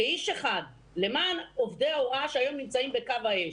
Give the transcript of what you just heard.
כאיש אחד למען עובדי הוראה שהיום נמצאים בקו האש.